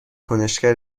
کنشگر